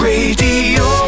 Radio